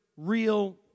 real